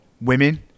women